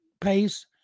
pace